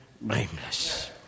blameless